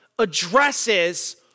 addresses